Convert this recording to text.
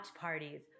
parties